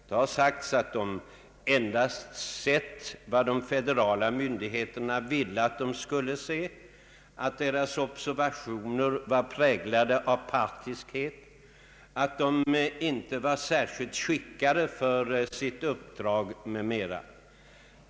Det har sagts att de endast sett vad de federala myndigheterna ville att de skulle se, att deras observationer var präglade av partiskhet, att de ej var särskilt skickade för sitt uppdrag m.m.